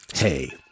Hey